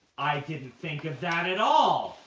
i didn't think that at all.